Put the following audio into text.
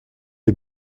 les